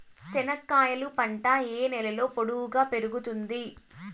చెనక్కాయలు పంట ఏ నేలలో పొడువుగా పెరుగుతుంది?